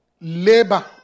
Labor